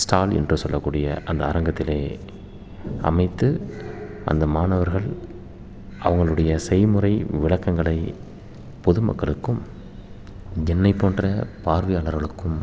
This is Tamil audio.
ஸ்டால் என்று சொல்லக்கூடிய அந்த அரங்கத்தில் அமைத்து அந்த மாணவர்கள் அவங்களுடைய செய்முறை விளக்கங்களை பொது மக்களுக்கும் என்னை போன்ற பார்வையாளருக்கும்